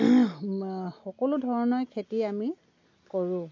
সকলো ধৰণৰে খেতি আমি কৰোঁ